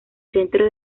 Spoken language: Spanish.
centro